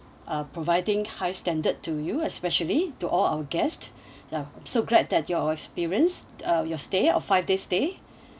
uh providing high standard to you especially to all our guests um so great that your experience uh your stay of five days stay